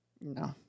No